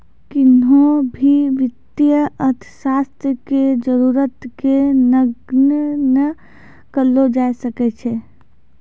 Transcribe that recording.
किन्हो भी वित्तीय अर्थशास्त्र के जरूरत के नगण्य नै करलो जाय सकै छै